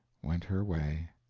went her way.